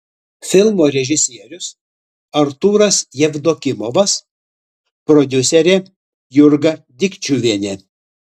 filmo režisierius artūras jevdokimovas prodiuserė jurga dikčiuvienė